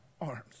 arms